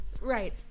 Right